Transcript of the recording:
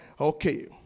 Okay